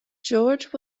george